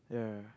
yeah